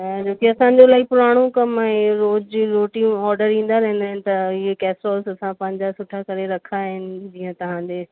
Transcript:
हा छो की असांजो इलाही पुराणो कमु आहे इहो रोज जी रोटियूं ऑर्डर ईंदा रहंदा आहिनि त इहे कैस्रोल सुठा पंहिंजा सुठा करे रखा आहिनि जीअं तव्हांजे